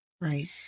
Right